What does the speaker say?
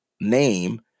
name